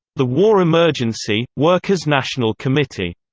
the war emergency workers' national committee.